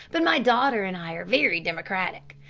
but my daughter and i are very democratic.